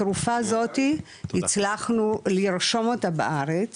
התרופה הזאתי הצלחנו לרשום אותה בארץ